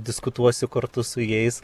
diskutuosiu kartu su jais